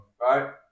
Right